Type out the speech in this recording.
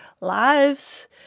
lives